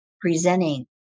presenting